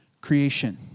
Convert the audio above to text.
creation